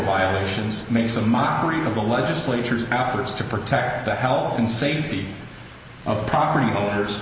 violations makes a mockery of the legislature's efforts to protect the health and safety of property owners